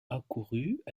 accourut